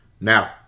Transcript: Now